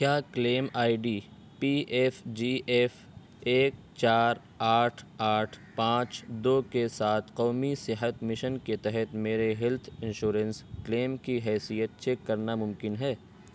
کیا claim I D P F G F ایک چار آٹھ آٹھ پانچ دو کے ساتھ قومی صحت مشن کے تحت میرے ہیلتھ انشورنس کلیم کی حیثیت چیک کرنا ممکن ہے